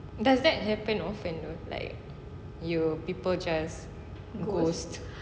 does that happen often though like you people just ghost